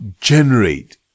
generate